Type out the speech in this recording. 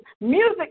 music